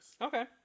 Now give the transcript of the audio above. Okay